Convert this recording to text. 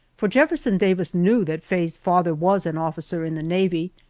for jefferson davis knew that faye's father was an officer in the navy,